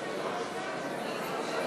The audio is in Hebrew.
חוק